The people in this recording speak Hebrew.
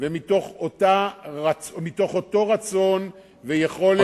ומתוך אותו רצון ויכולת,